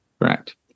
correct